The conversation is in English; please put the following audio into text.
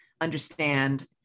understand